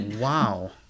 wow